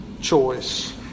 choice